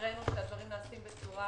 הראינו שהדברים נעשים בצורה